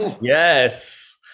yes